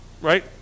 right